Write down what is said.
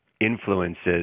influences